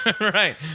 Right